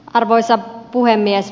arvoisa puhemies